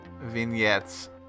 vignettes